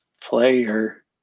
player